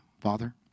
Father